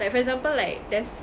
like for example like there's